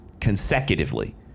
consecutively